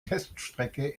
teststrecke